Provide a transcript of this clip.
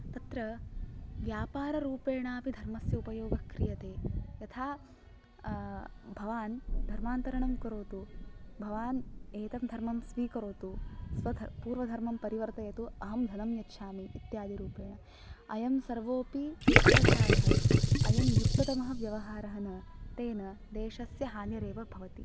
तत्र व्यापाररूपेणापि धर्मस्य उपयोगः क्रियते यथा भवान् धर्मान्तरणं करोतु भवान् एतद्धर्मं स्वीकरोतु स्वधर् पूर्वधर्मं परिवर्तयतु अहं धनं यच्छामि इत्यादिरूपेण अयं सर्वोऽपि दुष्प्रचारः अयं युक्ततमः व्यवहारः न तेन देशस्य हानिरेव भवति